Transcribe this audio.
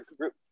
group